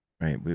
Right